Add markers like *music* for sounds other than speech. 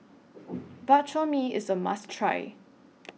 *noise* Bak Chor Mee IS A must Try